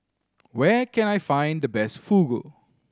where can I find the best Fugu